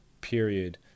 period